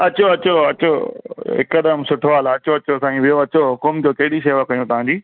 अचो अचो अचो हिकुदमु सुठो हालु आहे अचो अचो सांईं विहो अचो हुकुमु ॾियो कहिड़ी सेवा कयूं तव्हां जी